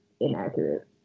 inaccurate